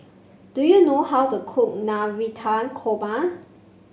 do you know how to cook Navratan Korma